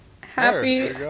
happy